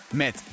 met